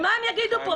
מה הם יגידו פה?